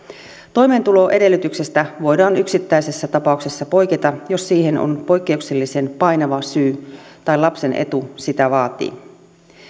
toimeentuloedellytyksestä voidaan yksittäisessä tapauksessa poiketa jos siihen on poikkeuksellisen painava syy tai lapsen etu sitä vaatii